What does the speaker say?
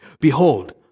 Behold